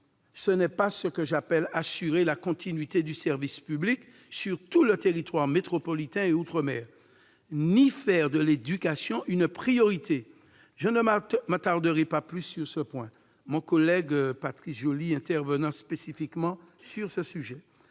Ce n'est pas ce que j'appelle « assurer la continuité du service public sur tout le territoire métropolitain et outre-mer » et faire de l'éducation une priorité ! Je ne m'attarderai pas plus sur ce point, car mon collègue Patrice Joly interviendra spécifiquement sur ce sujet.